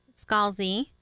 Scalzi